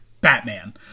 Batman